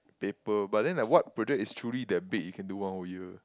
paper but then like what project is truly that big you can do one whole year